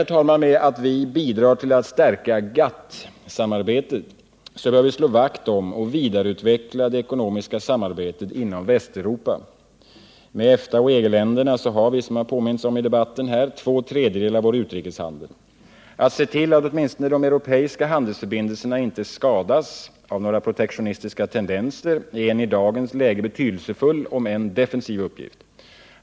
Parallellt med att vi bidrar till att stärka GATT-samarbetet bör vi slå vakt om och vidareutveckla det ekonomiska samarbetet inom Västeuropa. Med EFTA och EG-länderna har vi — som vi påminns om i debatten — två tredjedelar av vår utrikeshandel. Att se till att åtminstone de europeiska handelsförbindelserna inte skadas av några protektionistiska tendenser är en i dagens läge betydelsefull, om än defensiv, uppgift.